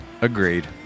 Agreed